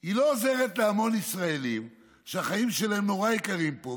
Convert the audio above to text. היא לא עוזרת להמון ישראלים שהחיים שלהם נורא יקרים פה,